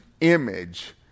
image